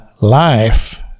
life